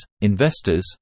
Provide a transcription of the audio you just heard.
investors